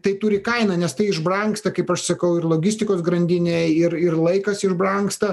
tai turi kainą nes tai iš brangsta kaip aš sakau ir logistikos grandinė ir ir laikas išbrangsta